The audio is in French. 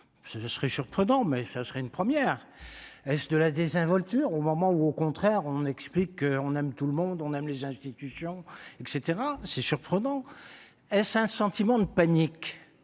ce serait surprenant mais ce serait une première S de la désinvolture au moment où, au contraire, on explique qu'on aime tout le monde, on aime les institutions et caetera c'est surprenant est-ce un sentiment de panique